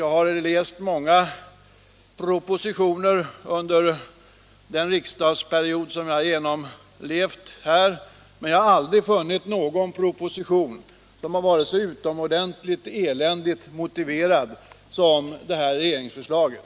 Jag har läst många propositioner under den riksdagsperiod som jag har genomlevt, men jag har aldrig funnit någon proposition som har varit så utomordentligt eländigt motiverad som det här regeringsförslaget.